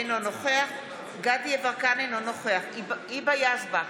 אינו נוכח דסטה גדי יברקן, אינו נוכח היבה יזבק,